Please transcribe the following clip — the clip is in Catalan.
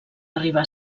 arribar